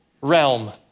realm